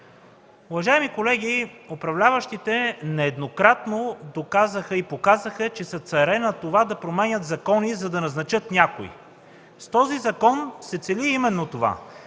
Уважаеми колеги, управляващите нееднократно доказаха и показаха, че са царе на това да променят закони, за да назначат някого. С този закон се цели именно това.